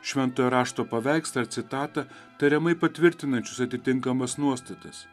šventojo rašto paveikslą ar citatą tariamai patvirtinančius atitinkamas nuostatas